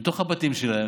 בתוך הבתים שלהם.